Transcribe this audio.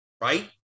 right